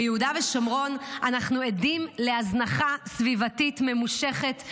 ביהודה ושומרון אנחנו עדים להזנחה סביבתית ממושכת,